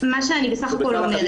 מה שאני בסך הכול אומרת,